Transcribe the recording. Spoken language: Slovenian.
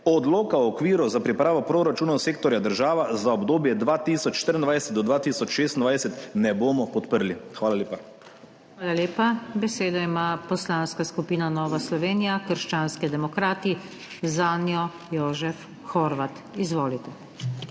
Odloka o okviru za pripravo proračunov sektorja država za obdobje 2024 do 2026 ne bomo podprli. Hvala lepa. **PODPREDSEDNICA NATAŠA SUKIČ:** Hvala lepa. Besedo ima Poslanska skupina Nova Slovenija - krščanski demokrati, zanjo Jožef Horvat. Izvolite.